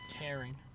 caring